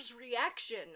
reaction